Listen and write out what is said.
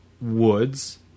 woods